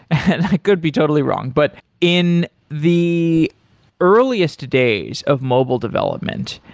and i could be totally wrong, but in the earliest days of mobile development,